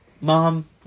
Mom